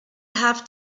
have